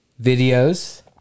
videos